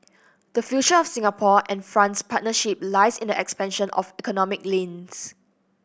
the future of Singapore and France's partnership lies in the expansion of economic links